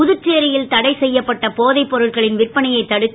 புதுச்சேரியில் தடைசெய்யப்பட்ட போதைப் பொருட்களின் விற்பனையை தடுக்க